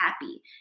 happy